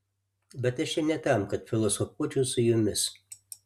bet aš čia ne tam kad filosofuočiau su jumis